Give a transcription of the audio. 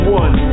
one